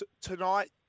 tonight